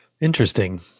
Interesting